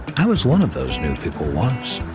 i was one of those new people once,